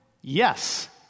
Yes